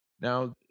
Now